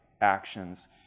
actions